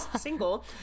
single